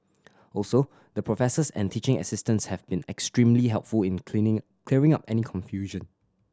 also the professors and teaching assistants have been extremely helpful in cleaning clearing up any confusion